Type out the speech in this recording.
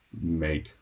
make